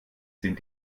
sind